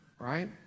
Right